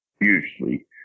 usually